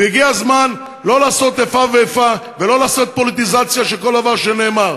והגיע הזמן לא לעשות איפה ואיפה ולא לעשות פוליטיזציה של כל דבר שנאמר.